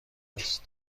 است